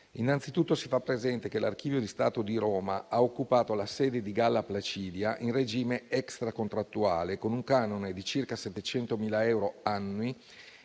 Innanzitutto, si fa presente che l'Archivio di Stato di Roma ha occupato la sede di via Galla Placidia in regime extracontrattuale, con un canone di circa 700.000 euro annui,